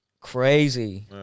crazy